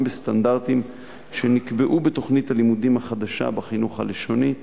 בסטנדרטים שנקבעו בתוכנית הלימודים החדשה בחינוך הלשוני,